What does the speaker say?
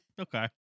Okay